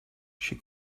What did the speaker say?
she